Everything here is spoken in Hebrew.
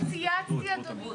אני לא צייצתי אדוני.